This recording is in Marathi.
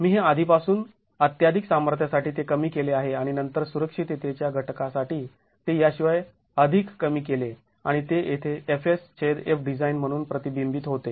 मी हे आधीपासून अत्त्याधिक सामर्थ्यासाठी ते कमी केले आहे आणि नंतर सुरक्षिततेच्या घटकासाठी ते याशिवाय अधिक कमी केले आणि ते येथे Fs छेद Fdesign म्हणून प्रतिबिंबित होते